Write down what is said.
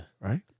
Right